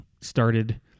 started